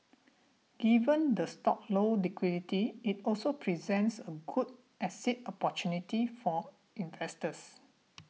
given the stock's low liquidity it also presents a good exit opportunity for investors